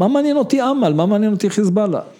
‫מה מעניין אותי עמל? ‫מה מעניין אותי חיזבאללה?